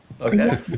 Okay